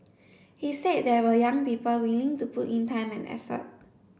he said there were young people willing to put in time and effort